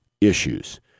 issues